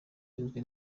urinzwe